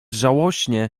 żałośnie